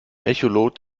echolot